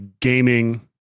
gaming